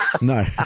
no